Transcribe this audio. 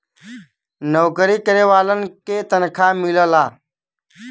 नऊकरी करे वालन के तनखा मिलला